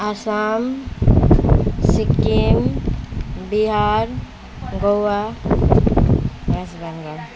Assam Sikkim Bihar Goa West Bengal